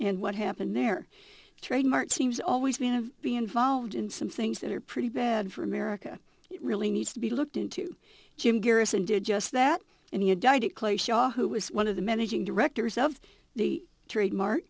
and what happened their trademark seems always been to be involved in some things that are pretty bad for america really needs to be looked into jim garrison did just that and he had died clay shaw who was one of the managing directors of the trade mar